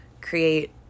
create